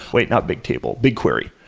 wait, not bigtable bigquery,